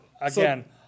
Again